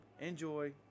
enjoy